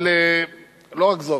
אבל לא רק זאת.